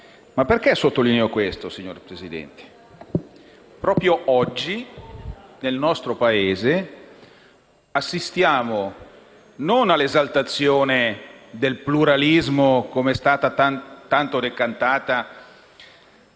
E perché sottolineo questo? Proprio oggi, nel nostro Paese assistiamo non all'esaltazione del pluralismo, come è stato tanto decantato